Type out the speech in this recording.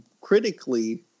critically